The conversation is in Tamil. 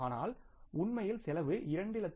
ஆனால் உண்மையில் செலவு 2